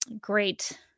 great